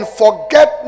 forget